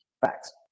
Facts